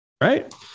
Right